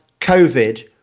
covid